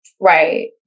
Right